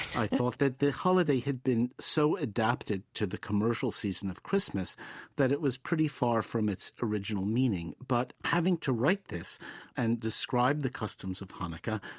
i thought that the holiday had been so adapted to the commercial season of christmas that it was pretty far from its original meaning. but having to write this and describe the customs of hanukkah,